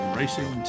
racing